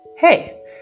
Hey